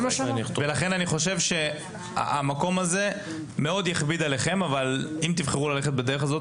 לכן אני חושב שהמקום הזה מאוד יכביד עליכם אבל אם תבחרו ללכת בדרך הזאת,